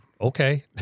okay